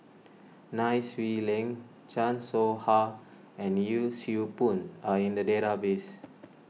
Nai Swee Leng Chan Soh Ha and Yee Siew Pun are in the database